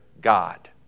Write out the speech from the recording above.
God